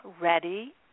ready